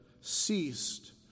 ceased